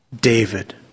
David